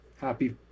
Happy